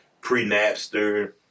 pre-Napster